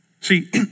See